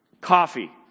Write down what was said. coffee